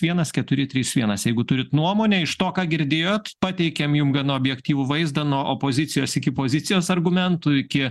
vienas keturi trys vienas jeigu turit nuomonę iš to ką girdėjot pateikėm jum gana objektyvų vaizdą nuo opozicijos iki pozicijos argumentų iki